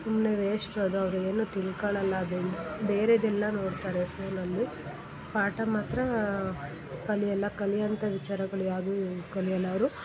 ಸುಮ್ಮನೆ ವೇಶ್ಟು ಅದು ಅವರು ಏನೂ ತಿಳ್ಕೊಳಲ್ಲ ಅದು ಬೇರೆಯದೆಲ್ಲ ನೋಡ್ತಾರೆ ಫೋನಲ್ಲಿ ಪಾಠ ಮಾತ್ರ ಕಲಿಯಲ್ಲ ಕಲಿಯವಂಥ ವಿಚಾರಗಳು ಯಾವುದೂ ಕಲಿಯಲ್ಲ ಅವರು